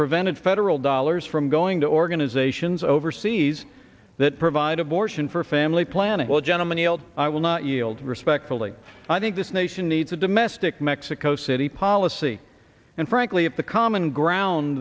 prevented federal dollars from going to organizations overseas that provide abortion for family planning well gentleman yield i will not yield respectfully i think this nation needs a domestic mexico city policy and frankly if the common ground